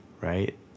Right